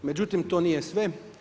Međutim, to nije sve.